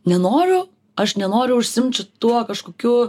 nenoriu aš nenoriu užsiimt šituo kažkokiu